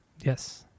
Yes